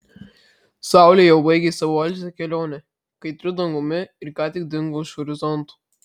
saulė jau baigė savo alsią kelionę kaitriu dangumi ir ką tik dingo už horizonto